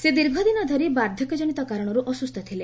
ସେ ଦୀର୍ଘଦିନ ଧରି ବାର୍ଦ୍ଧକ୍ୟଜନିତ କାରଣରୁ ଅସୁସ୍ଥ ଥିଲେ